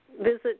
visit